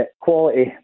quality